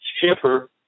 shipper